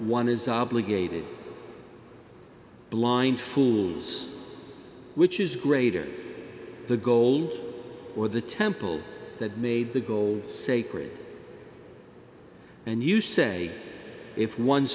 one is obligated blind fools which is greater the gold or the temple that made the gold sacred and you say if one